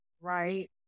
Right